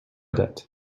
that